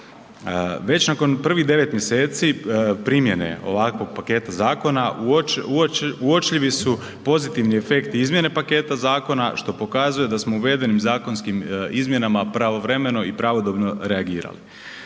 Već nakon prvih devet mjeseci primjene ovakve primjene zakona uočljivi su pozitivni efekti izmjene paketa zakona što pokazuje da smo uvedenim zakonskim izmjenama pravovremeno i pravodobno reagirali.